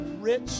rich